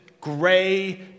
gray